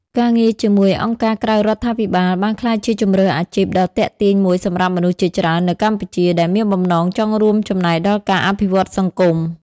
ការងារជាមួយ អង្គការក្រៅរដ្ឋាភិបាល បានក្លាយជាជម្រើសអាជីពដ៏ទាក់ទាញមួយសម្រាប់មនុស្សជាច្រើននៅកម្ពុជា ដែលមានបំណងចង់រួមចំណែកដល់ការអភិវឌ្ឍសង្គម។